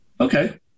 Okay